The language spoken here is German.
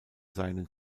seinen